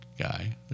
guy